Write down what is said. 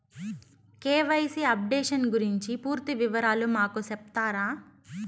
KYC updation గురించి పూర్తి వివరాలు మాకు సెప్తారా?